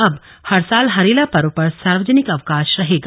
अब हर साल हरेला पर्व पर सार्वजनिक अवकाश रहेगा